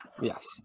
Yes